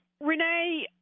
Renee